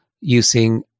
using